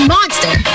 Monster